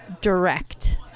direct